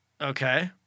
Okay